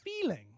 feeling